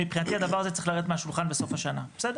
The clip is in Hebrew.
מבחינתי הדבר הזה צריך לרדת מהשולחן בסוף השנה בסדר?